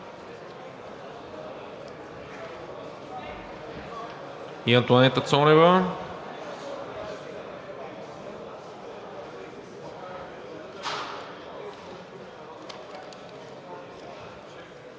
и Антоанета Цонева.